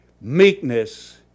meekness